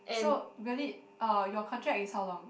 so really uh your contract is how long